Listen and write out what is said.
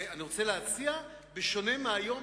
אני רוצה להציע, בשונה מהיום